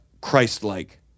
Christ-like